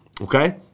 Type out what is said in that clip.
Okay